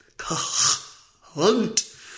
hunt